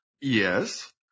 Yes